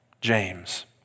James